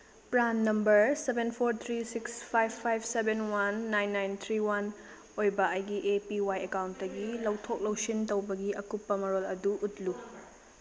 PRAN number seven four three six five five seven one nine nine three one ꯑꯣꯏꯕ ꯑꯩꯒꯤ A P Y ꯑꯦꯀꯥꯎꯟꯇꯒꯤ ꯂꯧꯊꯣꯛ ꯂꯧꯁꯤꯟ ꯇꯧꯕꯒꯤ ꯑꯀꯨꯞꯄ ꯃꯔꯣꯜ ꯑꯗꯨ ꯎꯠꯂꯨ